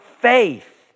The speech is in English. faith